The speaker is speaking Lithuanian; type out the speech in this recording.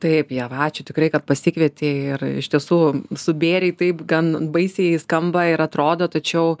taip ieva ačiū tikrai kad pasikvietei ir iš tiesų subėrei taip gan baisiai skamba ir atrodo tačiau